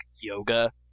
yoga